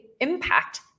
impact